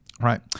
Right